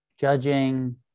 judging